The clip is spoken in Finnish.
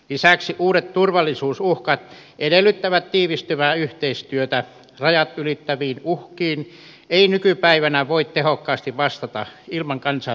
lisäksi uudet turvallisuusuhkat edellyttävät tiivistyvää yhteistyötä rajat ylittäviin uhkiin ei nykypäivänä voi tehokkaasti vastata ilman kansainvälistä yhteistyötä